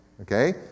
Okay